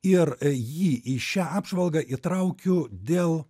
ir jį į šią apžvalgą įtraukiu dėl